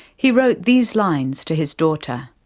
he wrote these lines to his daughter.